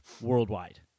worldwide